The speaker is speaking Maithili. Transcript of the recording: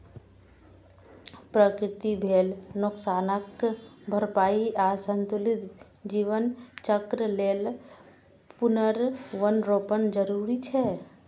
प्रकृतिक भेल नोकसानक भरपाइ आ संतुलित जीवन चक्र लेल पुनर्वनरोपण जरूरी छै